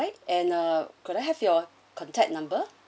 and uh could I have your contact number